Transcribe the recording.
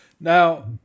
Now